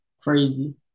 crazy